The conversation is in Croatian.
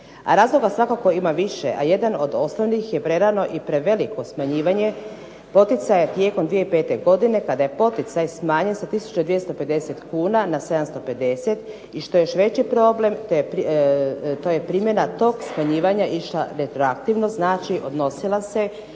razloga svakako ima više, a jedan od osnovnih je prerano i preveliko smanjivanje poticaja tijekom 2005. godine kada je poticaj smanjen sa 1250 kuna na 750 i što je još veći problem to je primjena tog smanjivanja išla retroaktivno, znači odnosila se